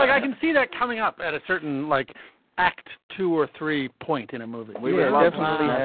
i can see that coming up at a certain like act two or three point in a movie. we were definitely yeah